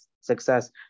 success